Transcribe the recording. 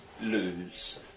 lose